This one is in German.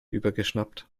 übergeschnappt